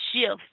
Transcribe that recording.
shift